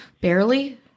Barely